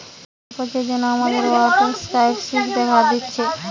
জলের অপচয়ের জন্যে আমাদের ওয়াটার ক্রাইসিস দেখা দিচ্ছে